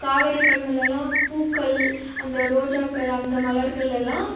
காவேரி பூக்கள் அந்த ரோஜாக்கள் அந்த மலர்கள் எல்லாம்